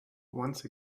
once